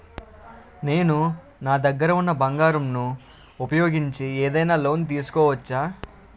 నేను నా దగ్గర ఉన్న బంగారం ను ఉపయోగించి ఏదైనా లోన్ తీసుకోవచ్చా?